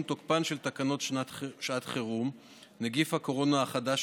תוקפן של תקנות שעת חירום (נגיף הקורונה החדש,